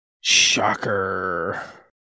Shocker